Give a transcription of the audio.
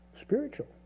spiritual